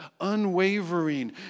unwavering